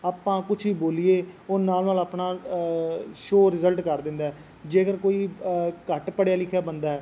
ਆਪਾਂ ਕੁਛ ਵੀ ਬੋਲੀਏ ਉਹ ਨਾਲ ਨਾਲ ਆਪਣਾ ਸ਼ੋ ਰਿਜਲਟ ਕਰ ਦਿੰਦਾ ਜੇਕਰ ਕੋਈ ਘੱਟ ਪੜ੍ਹਿਆ ਲਿਖਿਆ ਬੰਦਾ